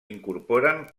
incorporen